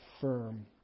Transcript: firm